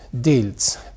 deals